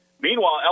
Meanwhile